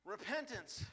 Repentance